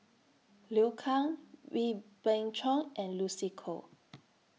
Liu Kang Wee Beng Chong and Lucy Koh